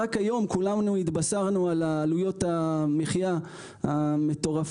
רק היום כולנו התבשרנו על עלויות המחייה המטורפות,